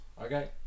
Okay